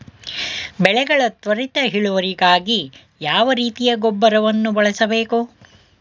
ಬೆಳೆಗಳ ತ್ವರಿತ ಇಳುವರಿಗಾಗಿ ಯಾವ ರೀತಿಯ ಗೊಬ್ಬರವನ್ನು ಬಳಸಬೇಕು?